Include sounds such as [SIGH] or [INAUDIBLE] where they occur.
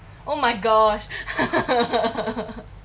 oh my gosh [LAUGHS]